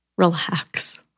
Relax